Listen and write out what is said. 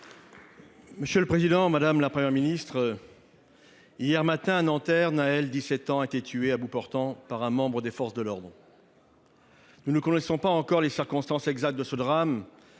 et Républicain. Madame la Première ministre, hier matin, à Nanterre, Nahel, 17 ans, a été tué à bout portant par un membre des forces de l'ordre. Nous ne connaissons pas encore les circonstances exactes de ce drame,